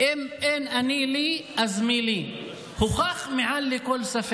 אני לא רוצה כלום, אני רוצה שהוא ימשיך לדבר.